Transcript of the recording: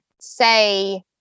say